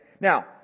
now